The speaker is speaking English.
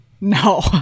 No